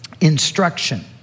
instruction